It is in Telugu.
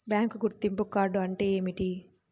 బ్యాంకు గుర్తింపు కార్డు అంటే ఏమిటి?